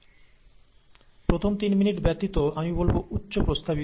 প্রথম তিন মিনিট ব্যতীত আমি অবশ্যই দেখতে বলব